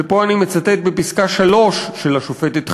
ופה אני מצטט מפסקה 3 של השופטת חיות,